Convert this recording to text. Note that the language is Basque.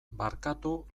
barkatu